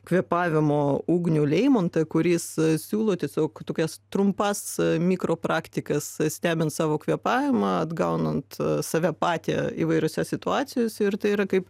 kvėpavimo ugnių leimontą kuris siūlo tiesiog tokias trumpas mikro praktikas stebint savo kvėpavimą atgaunant save patį įvairiose situacijose ir tai yra kaip